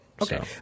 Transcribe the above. Okay